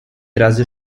razy